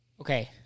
Okay